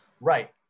Right